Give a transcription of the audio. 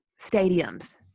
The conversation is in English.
stadiums